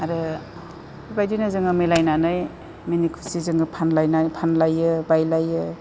आरो बेबायदिनो जोङो मिलायनानै मिनि खुसि जोङो फानलायनाय फानलायो बायलायो